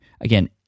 Again